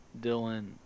dylan